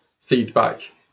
feedback